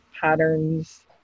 patterns